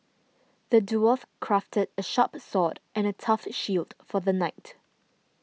the dwarf crafted a sharp sword and a tough shield for the knight